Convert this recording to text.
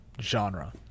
genre